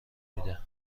میده